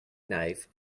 knife